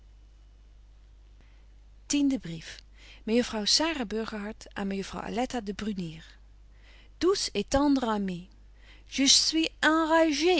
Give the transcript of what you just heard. tiende brief mejuffrouw sara burgerhart aan mejuffrouw aletta de